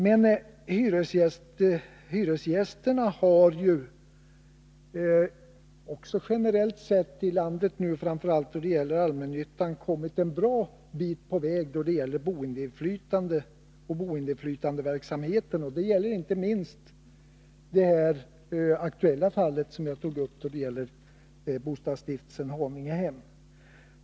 Men hyresgästerna i landet har ju, också generellt sett, framför allt när det gäller allmännyttan kommit en bra bit på väg då det gäller boendeinflytandet och boendeinflytandeverksamheten. Detta gäller inte minst det aktuella fall som jag tog upp, bostadsstiftelsen Haningehem.